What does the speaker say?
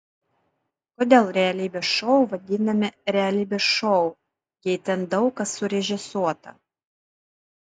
kodėl realybės šou vadinami realybės šou jei ten daug kas surežisuota